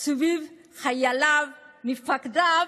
סביב חייליו, מפקדיו,